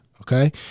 Okay